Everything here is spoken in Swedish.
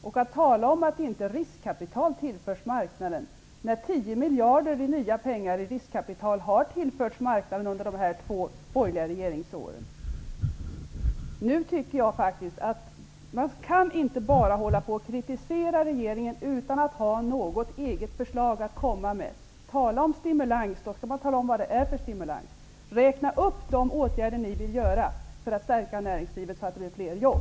Mats Lindberg säger att rikskapital inte tillförs marknaden. 10 miljarder i riskkapital har tillförts marknaden under dessa två borgerliga regeringsår. Man kan inte kritisera regeringen utan att komma med något eget förslag. Talar man om stimulans skall man tala om vad det är för stimulans. Räkna upp de åtgärder som ni vill vidta för att stärka näringslivet så att det blir fler jobb!